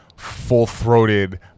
Full-throated